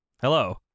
Hello